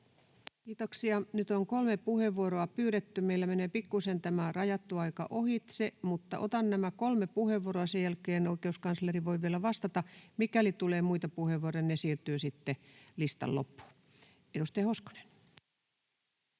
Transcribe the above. Kiitoksia. — Nyt on kolme puheenvuoroa pyydetty. Meillä menee pikkuisen tämä rajattu aika ohitse, mutta otan nämä kolme puheenvuoroa, ja sen jälkeen oikeuskansleri voi vielä vastata. Mikäli tulee muita puheenvuoroja, ne siirtyvät sitten listan loppuun. — Edustaja Hoskonen.